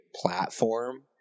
platform